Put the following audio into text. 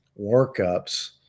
workups